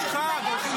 15:00, חג.